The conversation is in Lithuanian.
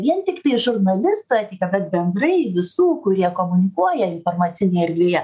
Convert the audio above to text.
vien tiktai žurnalisto etiką bet bendrai visų kurie komunikuoja informacinėj erdvėje